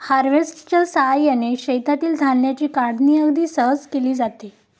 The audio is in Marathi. हार्वेस्टरच्या साहाय्याने शेतातील धान्याची काढणी अगदी सहज केली जाते